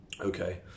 Okay